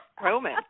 Roman